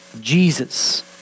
Jesus